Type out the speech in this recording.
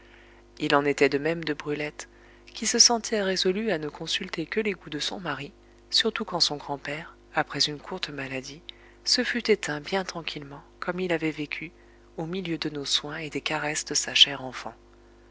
il en était de même de brulette qui se sentait résolue à ne consulter que les goûts de son mari surtout quand son grand-père après une courte maladie se fut éteint bien tranquillement comme il avait vécu au milieu de nos soins et des caresses de sa chère enfant